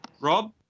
Rob